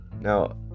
now